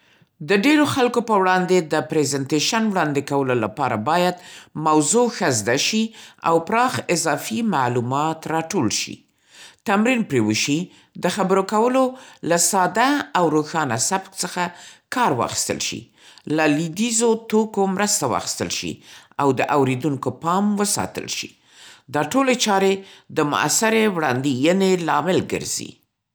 د ډېرو خلکو په وړاندې د پرېزنټېشن وړاندې کولو لپاره باید موضوع ښه زده شي او پراخ اضافي معلومات راټول شي، تمرین پرې وشي، د خبرې کولو له ساده او روښانه سبک څخه کار واخیستل شي، له لیدیزو توکو مرسته واخیستل شي، او د اورېدونکو پام وساتل شي. دا ټولې چارې د مؤثرې وړاندېینې لامل ګرځي.